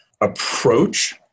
approach